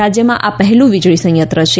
રાજ્યમાં આ પહેલું વીજળી સંચંત્ર છે